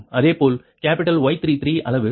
இதேபோல் capital Y33 அளவு 67